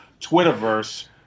Twitterverse